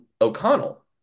O'Connell